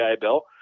Bill